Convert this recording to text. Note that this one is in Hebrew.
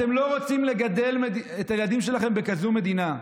אתם לא רוצים לגדל את הילדים שלכם בכזו מדינה.